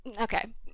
Okay